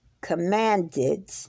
commanded